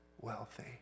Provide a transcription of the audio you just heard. wealthy